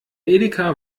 edeka